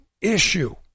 issue